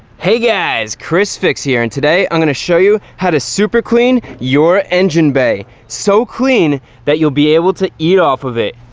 hey guys chrisfix here, and today i'm going to show you how to super clean your engine bay. so clean that you'll be able to eat off of it.